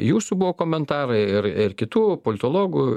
jūsų buvo komentarai ir kitų politologų